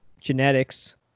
genetics